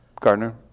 Gardner